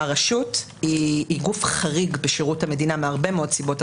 הרשות היא גוף חריג בשירות המדינה מהרבה מאוד סיבות,